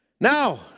Now